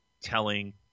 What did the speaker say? telling –